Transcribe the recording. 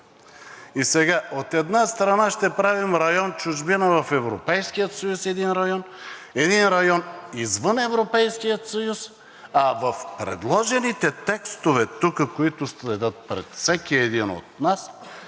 И сега, от една страна, ще правим район „Чужбина“ в Европейския съюз – един район, един район извън Европейския съюз, а в предложените текстове тук, които стоят пред всеки един от нас,